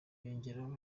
yongeraho